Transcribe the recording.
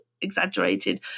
exaggerated